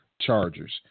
Chargers